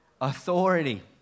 Authority